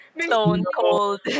stone-cold